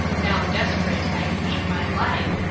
now desperate i hate my life,